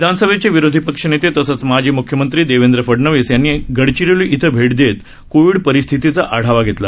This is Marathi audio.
विधान सभेचे विरोधी पक्षनेते तसंच माजी मुख्यमंत्री देवेंद्र फडनवीस यांनी आज गडचिरोली इथं भेट देत कोविड परिस्थितीचा आढावा घेतला